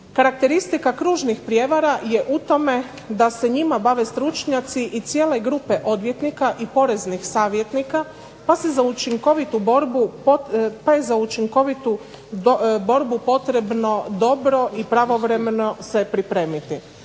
Karakteristika kružnih prijevara je u tome da se njima bave stručnjaci i cijele grupe odvjetnika i poreznih savjetnika, pa je za učinkovitu borbu potrebno dobro i pravovremeno se pripremiti.